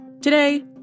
Today